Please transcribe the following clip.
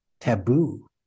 taboo